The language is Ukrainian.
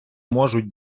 можуть